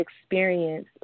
experience